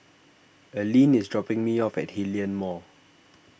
Aline is dropping me off at Hillion Mall